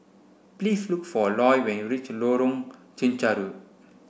please look for Loy when you reach Lorong Chencharu